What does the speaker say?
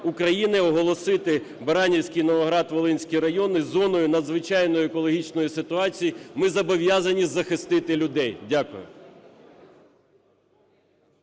України оголосити Баранівський і Новоград-Волинський райони зоною надзвичайної екологічної ситуації. Ми зобов'язані захистити людей. Дякую.